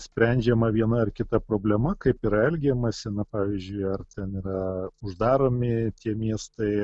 sprendžiama viena ar kita problema kaip yra elgiamasi na pavyzdžiui ar ten yra uždaromi tie miestai